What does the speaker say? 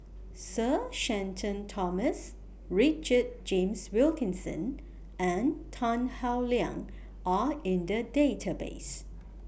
Sir Shenton Thomas Richard James Wilkinson and Tan Howe Liang Are in The Database